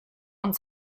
und